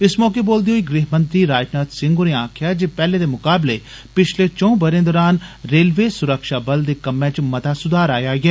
इस मौके बोलदे होई गृहमंत्री राजनाथ सिंह होरें आक्खेआ जे पैहले दे मुकाबले पिछले चंऊ बरे दौरान रेलवे सुरक्षाबल दे कम्मै च मता सुधार आया ऐ